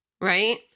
right